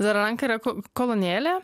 zararanka yra kolonėlė